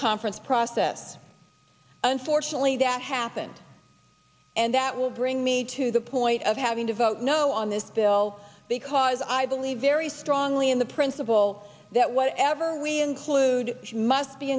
conference process unfortunately that happened and that will bring me to the point of having to vote no on this bill because i believe very strongly in the principle that whatever we include must be